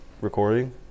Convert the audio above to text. recording